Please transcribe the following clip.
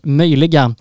möjliga